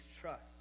trust